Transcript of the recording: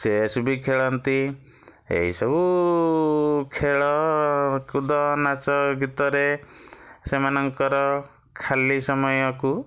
chess ବି ଖେଳନ୍ତି ଏଇସବୁ ଖେଳକୁଦ ନାଚଗୀତରେ ସେମାନଙ୍କର ଖାଲି ସମୟକୁ